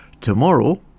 tomorrow